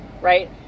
right